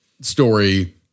story